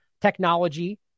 technology